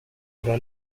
oder